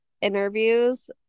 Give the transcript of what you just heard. interviews